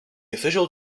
official